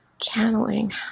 Channeling